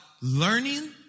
learning